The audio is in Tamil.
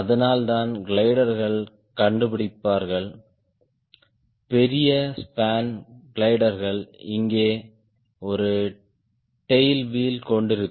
அதனால்தான் கிளைடர்கள் கண்டுபிடிப்பார்கள் பெரிய ஸ்பான் கிளைடர்கள் இங்கே ஒரு டேய்ல் வீல் கொண்டிருக்கும்